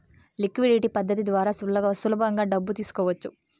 liquidity పద్ధతి ద్వారా సులభంగా డబ్బు తీసుకోవచ్చు